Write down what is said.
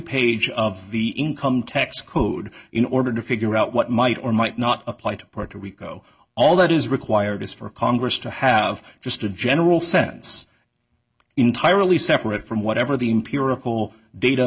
page of the income tax code in order to figure out what might or might not apply to partner rico all that is required is for congress to have just a general sense entirely separate from whatever the empirical data